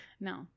No